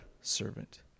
servant